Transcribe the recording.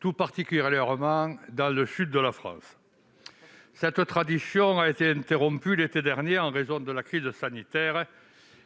tout particulièrement dans le sud de la France. Cette tradition a été interrompue l'été dernier en raison de la crise sanitaire,